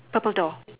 purple door